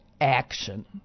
action